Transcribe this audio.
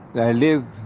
they live